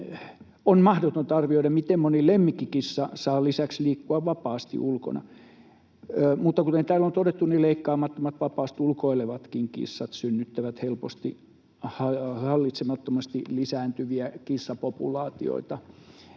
On mahdotonta arvioida, miten moni lemmikkikissa saa lisäksi liikkua vapaasti ulkona, mutta kuten täällä on todettu, niin leikkaamattomat, vapaasti ulkoilevatkin kissat helposti synnyttävät hallitsemattomasti lisääntyviä kissapopulaatioita,